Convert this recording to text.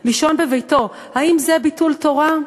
לישון בביתו, האם זה ביטול תורה?